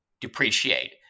depreciate